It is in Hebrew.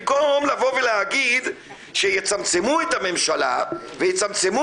במקום להגיד שיצמצמו את הממשלה ויצמצמו